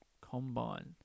combine